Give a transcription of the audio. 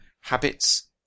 habits